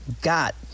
got